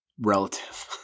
relative